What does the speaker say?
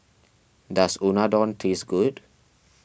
does Unadon taste good